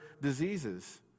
diseases